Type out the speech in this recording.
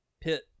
pit